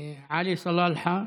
עלי סלאלחה.